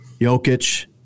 Jokic